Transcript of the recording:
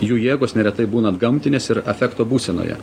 jų jėgos neretai būna antgamtinės ir afekto būsenoje